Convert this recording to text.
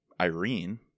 Irene